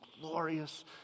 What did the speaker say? glorious